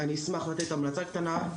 אני אשמח לתת המלצה קטנה,